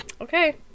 Okay